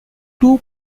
two